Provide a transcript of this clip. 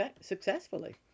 successfully